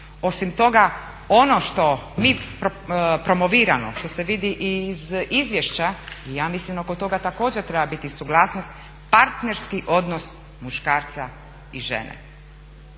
Osim toga ono što mi promoviramo, što se vidi i iz izvješća i ja mislim oko toga također treba biti suglasnost partnerski odnos muškarca i žene.